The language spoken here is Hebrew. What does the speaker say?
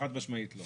חד משמעית לא.